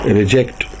reject